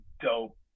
dope